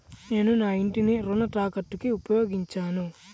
నేను నా ఇంటిని రుణ తాకట్టుకి ఉపయోగించాను